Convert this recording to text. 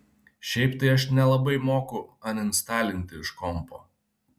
šiaip tai aš nelabai moku aninstalinti iš kompo